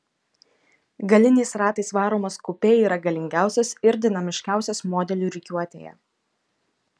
galiniais ratais varomas kupė yra galingiausias ir dinamiškiausias modelių rikiuotėje